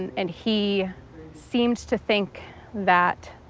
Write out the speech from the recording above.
and and he seems to think that.